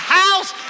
house